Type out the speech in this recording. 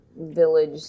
village